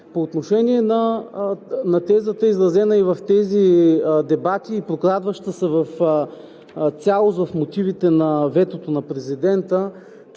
По отношение на тезата, изразена и в тези дебати, и прокрадваща се в цялост в мотивите на ветото на президента,